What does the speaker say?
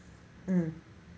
mm